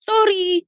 Sorry